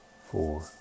four